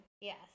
Yes